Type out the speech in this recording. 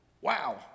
Wow